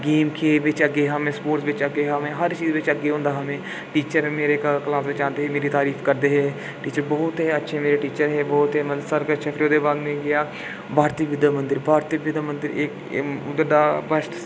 game बिच्च में अग्गें हा स्पोर्ट बिच्च अग्गें हा में हर चीज च अग्गें होंदा हा में टीचर मेरे क्लास च आंह्दे हे मेरी तारिफ करदे हे टीचर बहुत ही अच्छे हे मेरे टीचर हे बहुत गै सब किश ओह्दे बाद फिर में गेआ भारती बिद्या मंदर भारती बिद्या मंदर इक उधर दा